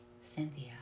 Cynthia